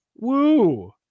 Woo